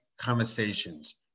conversations